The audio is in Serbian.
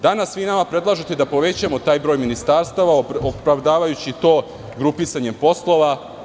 Danas nam predlažete da povećamo taj broj ministarstava opravdavajući to grupisanje poslova.